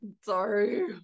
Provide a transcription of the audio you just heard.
Sorry